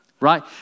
right